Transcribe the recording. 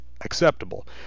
acceptable